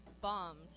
bombed